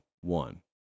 one